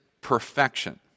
perfection